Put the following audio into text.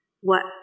What